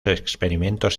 experimentos